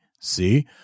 See